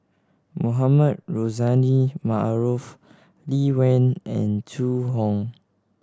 Mohamed Rozani Maarof Lee Wen and Zhu Hong